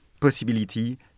possibility